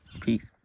Peace